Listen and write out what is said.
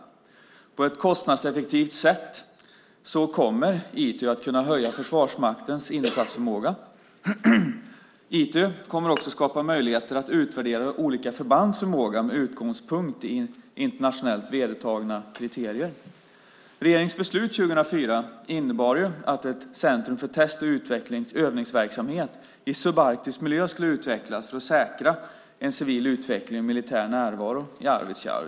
På ett kostnadseffektivt sätt kommer ITÖ att kunna höja Försvarsmaktens insatsförmåga. ITÖ kommer också att skapa möjligheter att utvärdera olika förbands förmåga med utgångspunkt i internationellt vedertagna kriterier. Regeringens beslut 2004 innebar att ett centrum för test och övningsverksamhet i subarktisk miljö skulle utvecklas för att säkra en civil utveckling med militär närvaro i Arvidsjaur.